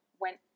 went